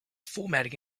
formatting